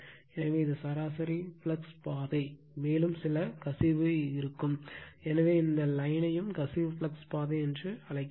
எனவே இது சராசரி ஃப்ளக்ஸ் பாதை மேலும் சில கசிவு இருக்கும் எனவே இந்த லைன்யும் கசிவு ஃப்ளக்ஸ் பாதை என்று அழைக்கப்படும்